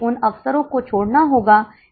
तो अब परिवर्तनीय लागत कितनी है